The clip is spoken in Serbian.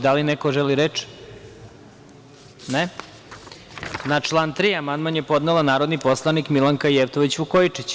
Da li neko želi reč? (Ne.) Na član 3. amandman je podnela narodni poslanik Milanka Jevtović Vukojičić.